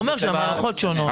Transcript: זה אומר שהמערכות שונות.